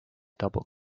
double